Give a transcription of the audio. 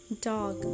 dog